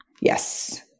Yes